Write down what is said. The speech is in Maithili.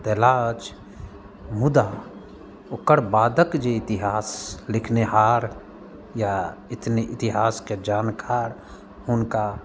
देला अछि मुदा ओकर बादके जे इतिहास लिखनिहार या इतिहासके जानकार हुनका